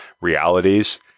realities